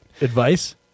Advice